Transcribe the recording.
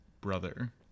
brother